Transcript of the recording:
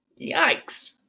yikes